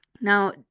Now